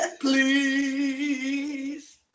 please